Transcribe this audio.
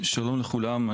שלום לכולם,